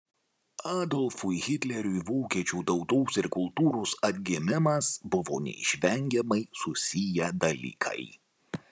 adolfui hitleriui vokiečių tautos ir kultūros atgimimas buvo neišvengiamai susiję dalykai